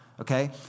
okay